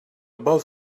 both